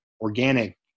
organic